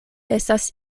estas